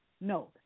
No